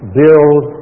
build